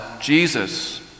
Jesus